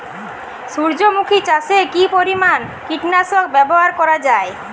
সূর্যমুখি চাষে কি পরিমান কীটনাশক ব্যবহার করা যায়?